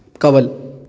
ਕਵਲ